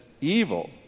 evil